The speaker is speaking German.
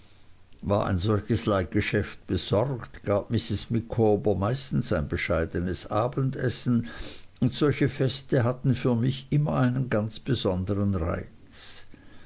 war ein solches leihgeschäft besorgt gab mrs micawber meistens ein bescheidenes abendessen und solche feste hatten für mich immer einen ganz besonderen reiz